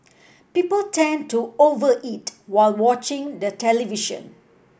people tend to over eat while watching the television